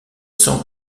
sans